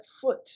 foot